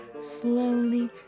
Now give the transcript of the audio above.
Slowly